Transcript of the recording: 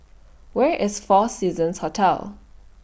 Where IS four Seasons Hotel